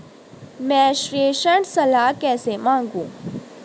मैं प्रेषण सलाह कैसे मांगूं?